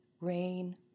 rain